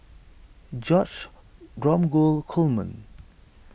George Dromgold Coleman